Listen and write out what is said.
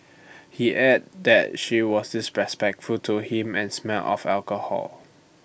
he added that she was disrespectful to him and smelled of alcohol